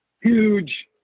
huge